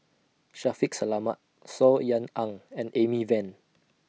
Shaffiq Selamat Saw Ean Ang and Amy Van